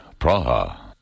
Praha